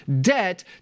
debt